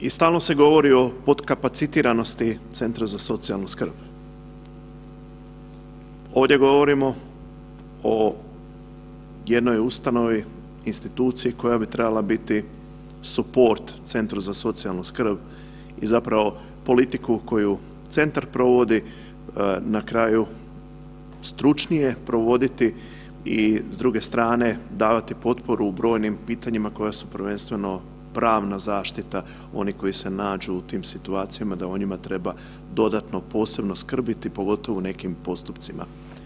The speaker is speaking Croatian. I stalno se govori o podkapacitiranosti centra za socijalnu skrb, ovdje govorimo o jednoj ustanovi, instituciji koja bi trebala biti suport centru za socijalnu skrb i zapravo politiku koju centar provodi, nakraju stručnije provoditi i s druge strane davati potporu u brojnim pitanjima koja su prvenstveno pravna zaštita onih koji se nađu u tim situacijama da o njima treba dodatno posebno skrbiti, pogotovo u nekim postupcima.